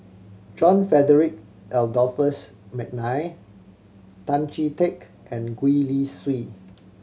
John Frederick Adolphus McNair Tan Chee Teck and Gwee Li Sui